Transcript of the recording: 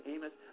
Amos